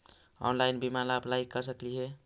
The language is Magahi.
ऑनलाइन बीमा ला अप्लाई कर सकली हे?